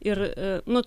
ir nu